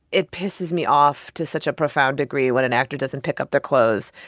it pisses me off to such a profound degree when an actor doesn't pick up their clothes,